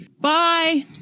Bye